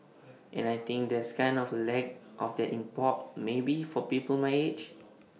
and I think there's kind of A lack of that in pop maybe for people my age